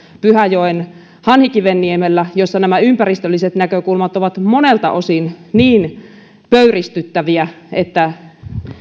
pyhäjoen hanhikivenniemellä jossa nämä ympäristölliset näkökulmat ovat monelta osin niin pöyristyttäviä että